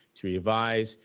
to revise,